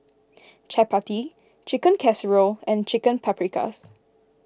Chapati Chicken Casserole and Chicken Paprikas